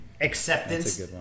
acceptance